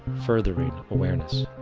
furthering awareness.